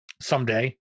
someday